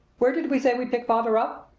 where did we say we'd pick father up?